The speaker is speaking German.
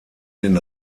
den